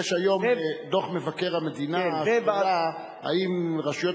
יש היום בדוח מבקר המדינה השאלה האם רשויות